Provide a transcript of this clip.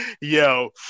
Yo